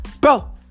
Bro